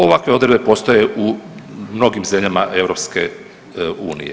Ovakve odredbe postoje u mnogim zemljama EU.